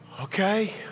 Okay